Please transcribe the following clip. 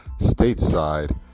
stateside